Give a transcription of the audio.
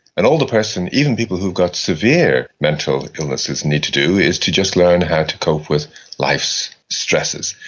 and all the person, even people who've got severe mental illnesses need to do is to just learn how to cope with life's stresses,